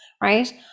right